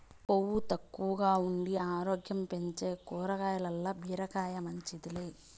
కొవ్వు తక్కువగా ఉండి ఆరోగ్యం పెంచే కాయగూరల్ల బీరకాయ మించింది లే